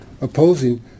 opposing